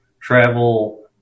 travel